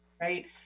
right